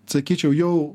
sakyčiau jau